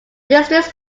districts